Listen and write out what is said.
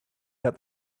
that